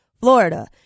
Florida